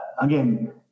again